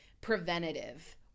preventative